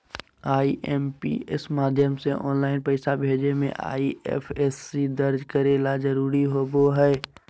IMPS माध्यम से online पैसा भेजे मे आई.एफ.एस.सी दर्ज करे ला जरूरी होबो हय